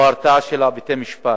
או ההרתעה של בתי-המשפט,